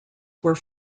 were